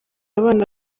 abana